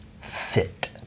fit